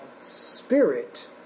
Spirit